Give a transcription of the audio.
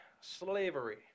slavery